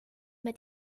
mit